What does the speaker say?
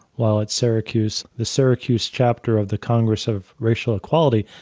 while at syracuse, the syracuse chapter of the congress of racial equality,